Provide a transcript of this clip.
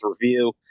review